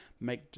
make